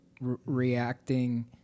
reacting